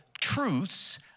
truths